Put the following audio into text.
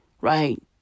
right